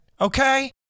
okay